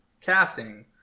casting